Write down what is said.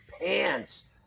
pants